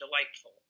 delightful